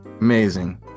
Amazing